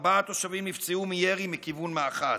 באבנים, ארבעה תושבים נפצעו מירי מכיוון מאחז,